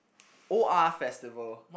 O R festival